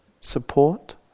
support